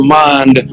mind